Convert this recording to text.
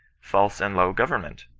false and low government.